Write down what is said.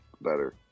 better